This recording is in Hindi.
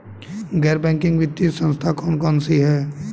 गैर बैंकिंग वित्तीय संस्था कौन कौन सी हैं?